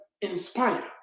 inspire